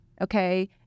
okay